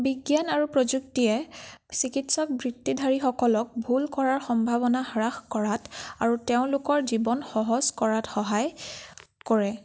বিজ্ঞান আৰু প্ৰযুক্তিয়ে চিকিৎসা বৃত্তিধাৰীসকলক ভুল কৰাৰ সম্ভাৱনা হ্ৰাস কৰাত আৰু তেওঁলোকৰ জীৱন সহজ কৰাত সহায় কৰে